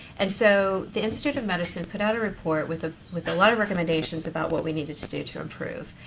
and so the institute of medicine put out a report with ah with a lot of recommendations about what we needed to do to improve.